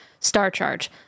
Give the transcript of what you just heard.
StarCharge